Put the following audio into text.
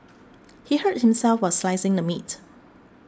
he hurt himself while slicing the meat